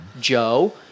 joe